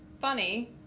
funny